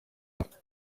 hafi